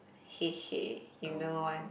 hey hey you know one